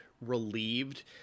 relieved